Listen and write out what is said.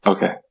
Okay